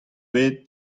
bet